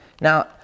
Now